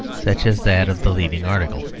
such as that of the leading article.